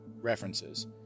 references